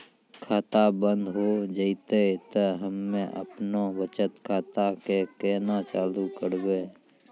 खाता बंद हो जैतै तऽ हम्मे आपनौ बचत खाता कऽ केना चालू करवै?